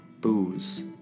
booze